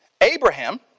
Abraham